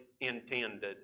intended